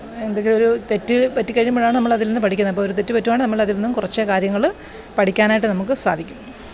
എന്തെങ്കിലും ഒരു തെറ്റ് പറ്റിക്കഴിയുമ്പോഴാണ് നമ്മൾ അതില്നിന്ന് പഠിക്കുന്നത് ഇപ്പം ഒരു തെറ്റ് പറ്റുവാണെ നമ്മൾ അതില്നിന്നും കുറച്ച് കാര്യങ്ങൾ പഠിക്കാനായിട്ട് നമുക്ക് സാധിക്കും